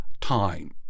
time